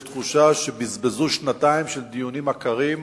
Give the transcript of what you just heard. יש תחושה שבזבזו שנתיים של דיונים עקרים,